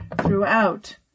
throughout